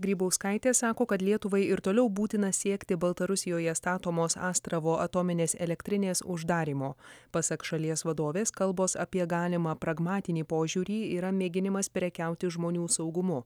grybauskaitė sako kad lietuvai ir toliau būtina siekti baltarusijoje statomos astravo atominės elektrinės uždarymo pasak šalies vadovės kalbos apie galimą pragmatinį požiūrį yra mėginimas prekiauti žmonių saugumu